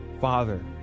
father